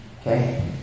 Okay